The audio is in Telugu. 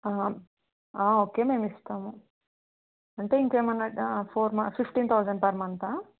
ఓకే మేము ఇస్తాము అంటే ఇంకేమైనా four sixteen thousand per మంతా